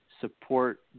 support